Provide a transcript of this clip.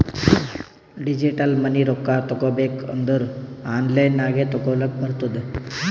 digital money ರೊಕ್ಕಾ ತಗೋಬೇಕ್ ಅಂದುರ್ ಆನ್ಲೈನ್ ನಾಗೆ ತಗೋಲಕ್ ಬರ್ತುದ್